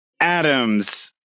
Adams